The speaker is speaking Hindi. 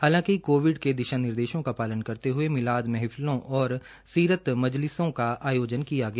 हालांकि कोविड के दिशानिर्देशों का पालन करते हये मिलाद महफिलों और सीरत मजलिसों का आयोजन किया गया